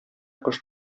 кош